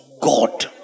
God